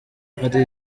ari